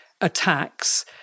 attacks